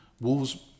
Wolves